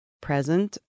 present